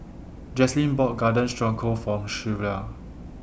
Jaslyn bought Garden Stroganoff For Shelva